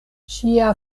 ŝia